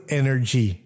energy